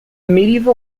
medieval